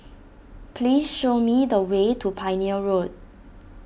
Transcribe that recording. please show me the way to Pioneer Road